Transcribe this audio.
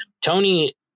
Tony